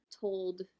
told